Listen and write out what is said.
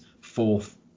fourth